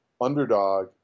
underdog